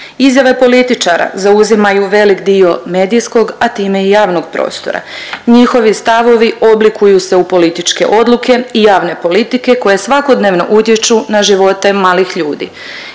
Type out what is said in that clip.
Izjave političara zauzimaju velik dio medijskog, a time i javnog prostora. Njihovi stavovi obliku se u političke odluke i javne politike koje svakodnevno utječu na živote malih ljudi.